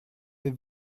avez